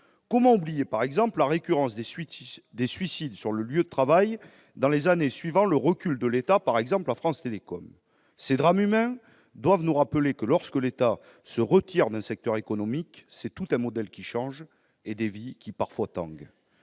Comment oublier, par exemple, la récurrence des suicides sur le lieu de travail constatée dans les années suivant le recul de l'État à France Télécom ? Ces drames humains doivent nous rappeler que, lorsque l'État se retire d'un secteur économique, c'est tout un modèle qui change et des vies qui, parfois, tanguent.